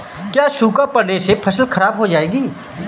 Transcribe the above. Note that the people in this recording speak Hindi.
क्या सूखा पड़ने से फसल खराब हो जाएगी?